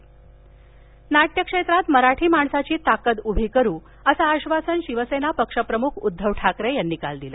नाट्यसंमेलन नाट्यक्षेत्रात मराठी माणसाची ताकद उभी करू असं आश्वासन शिवसेना पक्षप्रमुख उद्धव ठाकरे यांनी काल दिलं